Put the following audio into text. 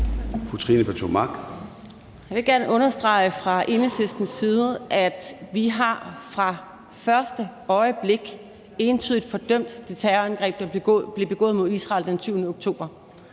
Jeg vil gerne understrege fra Enhedslistens side, at vi har fra første øjeblik entydigt fordømt det terrorangreb, der blev begået mod Israel den 7. oktober,